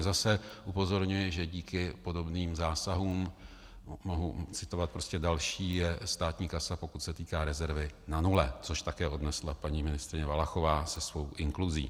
Zase upozorňuji, že díky podobných zásahům mohu citovat další je státní kasa, pokud se týká rezervy, na nule, což také odnesla paní ministryně Valachová se svou inkluzí.